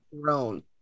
grown